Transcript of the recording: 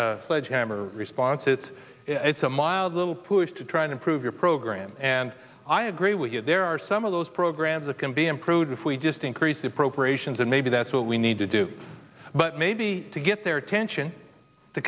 every sledgehammer response it's a mild little push to try and improve your program and i agree with you there are some of those programs that can be improved if we just increase appropriations and maybe that's what we need to do but maybe to get their attention to